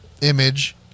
image